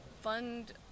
fund